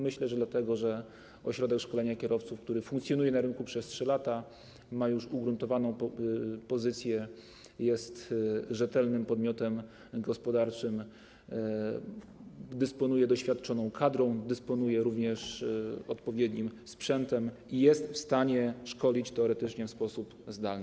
Myślę, że dlatego, iż ośrodek szkolenia kierowców, który funkcjonuje na rynku 3 lata, ma już ugruntowaną pozycję, jest rzetelnym podmiotem gospodarczym, dysponuje doświadczoną kadrą, jak również odpowiednim sprzętem i jest w stanie szkolić teoretycznie, w sposób zdalny.